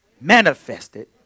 Manifested